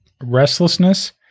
restlessness